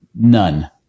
none